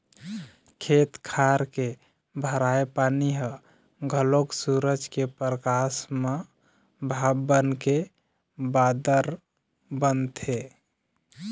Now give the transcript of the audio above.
खेत खार के भराए पानी ह घलोक सूरज के परकास म भाप बनके बादर बनथे